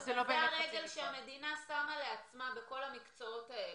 זו הרגל שהמדינה שמה לעצמה בכל המקצועות האלה,